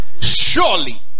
Surely